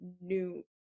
new